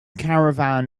caravan